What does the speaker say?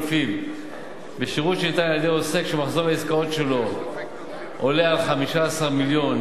ולפיו "בשירות שניתן על-ידי עוסק שמחזור העסקאות שלו עולה על 15 מיליון